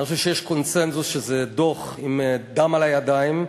אני חושב שיש קונסנזוס שזה דוח עם דם על הידיים,